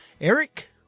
Eric